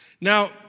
Now